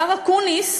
השר אקוניס,